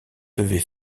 devait